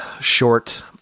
short